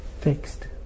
fixed